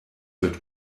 wird